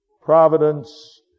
Providence